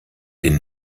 den